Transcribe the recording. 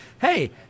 hey